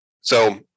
So-